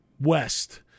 west